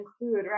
include